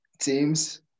teams